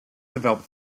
developed